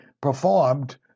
performed